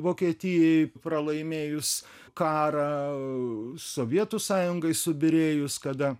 vokietijai pralaimėjus karą sovietų sąjungai subyrėjus kada